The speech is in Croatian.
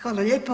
Hvala lijepo.